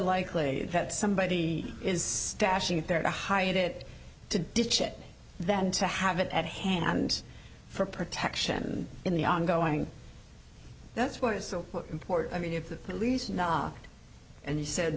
likely that somebody is stashing it there to hide it to ditch it than to have it at hand and for protection in the ongoing that's why it's so important i mean if the police knocked and he said